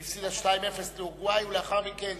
היא הפסידה 2:0 לאורוגוואי ולאחר מכן